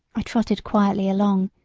i trotted quietly along,